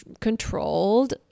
controlled